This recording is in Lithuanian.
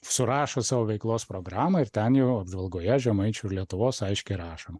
surašo savo veiklos programą ir ten jau apžvalgoje žemaičių ir lietuvos aiškiai rašoma